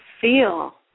feel